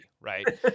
right